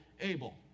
Abel